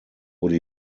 wurde